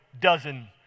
dozen